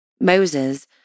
Moses